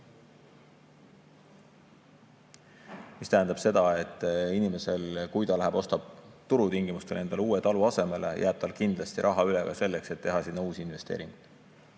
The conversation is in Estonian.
See tähendab seda, et inimesel, kui ta ostab turutingimustel endale uue talu asemele, jääb kindlasti raha üle ka selleks, et teha sinna uusi investeeringuid.